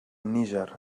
níger